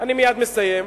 אני מייד מסיים.